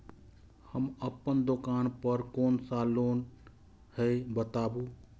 हम अपन दुकान पर कोन सा लोन हैं बताबू?